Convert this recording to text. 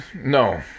No